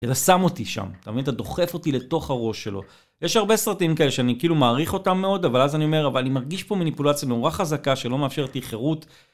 אם אתה שם אותי שם, אתה מבין? אתה דוחף אותי לתוך הראש שלו. יש הרבה סרטים כאלה שאני כאילו מעריך אותם מאוד, אבל אז אני אומר, אבל אני מרגיש פה מניפולציה נורא חזקה שלא מאפשרת לי חירות...